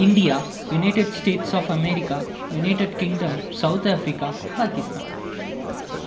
India United States of America United Kingdom South Africa Pakistan